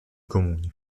comuni